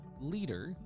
leader